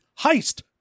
heist